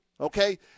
okay